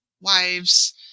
wives